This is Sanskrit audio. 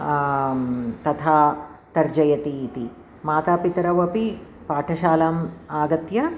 तथा तर्जयती इति माता पितरौ अपि पाठशालाम् आगत्य